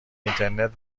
اینترنت